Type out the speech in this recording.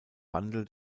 wandel